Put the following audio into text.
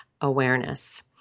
awareness